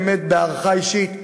באמת בהערכה אישית,